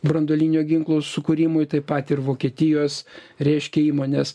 branduolinio ginklo sukūrimui taip pat ir vokietijos reiškia įmones